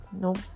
nope